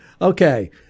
Okay